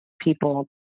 people